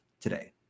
today